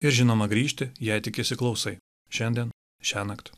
ir žinoma grįžti jei tik įsiklausai šiandien šiąnakt